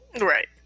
Right